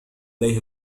إليه